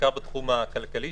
בעיקר בתחום הכלכלי,